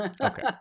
Okay